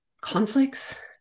conflicts